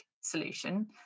solution